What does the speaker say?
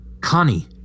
Connie